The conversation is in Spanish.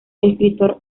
escritor